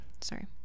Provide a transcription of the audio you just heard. Sorry